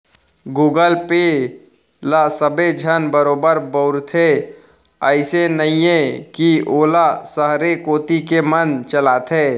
Google Pay ल सबे झन बरोबर बउरथे, अइसे नइये कि वोला सहरे कोती के मन चलाथें